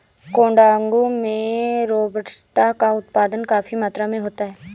कोडागू में रोबस्टा का उत्पादन काफी मात्रा में होता है